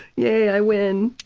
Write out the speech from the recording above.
yay, i win.